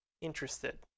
interested